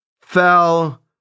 fell